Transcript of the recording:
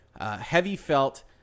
heavy-felt